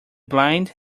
blind